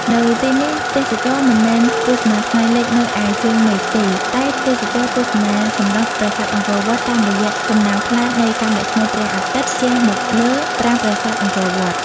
នៅទីនេះ ទេសចរមិនមែនទស្សនាថ្ងៃលិចនៅឯជើងមេឃទេ តែទេសចរទស្សនាសម្រស់ប្រាសាទអង្គរវត្តតាមរយៈចំណាំងផ្លាតនៃកាំរស្មីព្រះអាទិត្យជះមកលើប្រាង្គប្រាសាទអង្គរវត្ត។